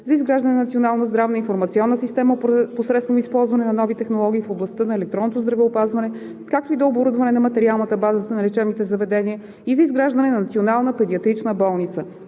за изграждане на Националната здравна информационна система посредством използване на нови технологии в областта на електронното здравеопазване, като и дооборудване на материалната база на лечебните заведения и за изграждане на Национална педиатрична болница.